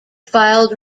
filed